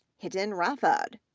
hiten rathod,